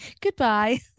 goodbye